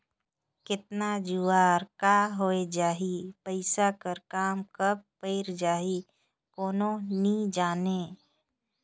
केतना जुवार का होए जाही, पइसा कर काम कब पइर जाही, कोनो नी जानें